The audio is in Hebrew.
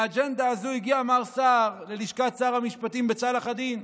עם האג'נדה הזאת הגיע מר סער ללשכת שר המשפטים בצלאח א-דין,